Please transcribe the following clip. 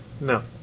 no